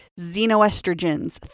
xenoestrogens